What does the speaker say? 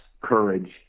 courage